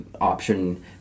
option